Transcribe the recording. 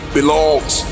belongs